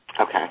okay